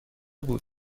بود